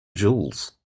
jewels